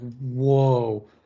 whoa